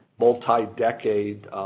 multi-decade